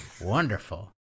wonderful